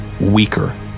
weaker